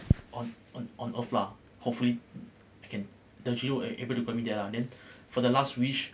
on on on a flower hopefully I can the genie will be able to grant me that lah then for the last wish